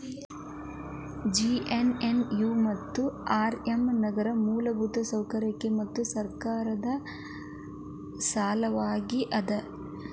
JNNU ಮತ್ತು RM ನಗರ ಮೂಲಸೌಕರ್ಯಕ್ಕ ಮತ್ತು ಸರ್ಕಾರದ್ ಸಲವಾಗಿ ಅದ